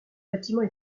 bâtiment